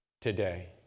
today